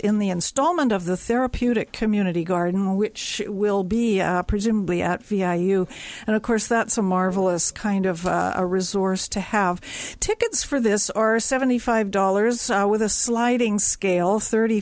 in the installment of the therapeutic community garden which will be presumably at vi you and of course that some marvelous kind of a resource to have tickets for this are seventy five dollars with a sliding scale thirty